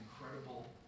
incredible